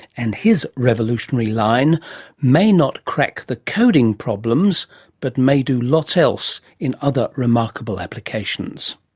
and his revolutionary line may not crack the coding problems but may do lots else in other remarkable applications.